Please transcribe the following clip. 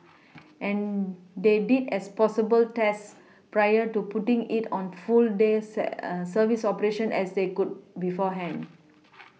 and they did as possible tests prior to putting it on full day say service operation as they could beforehand